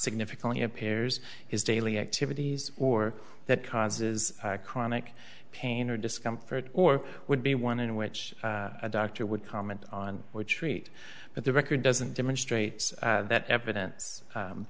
significantly appears his daily activities or that causes chronic pain or discomfort or would be one in which a doctor would comment on or treat but the record doesn't demonstrate that evidence